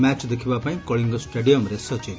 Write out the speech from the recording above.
match ଦେଖିବାପାଇଁ କଳିଙ୍ଗ ଷ୍ଟାଡିୟମ୍ରେ ସଚିନ୍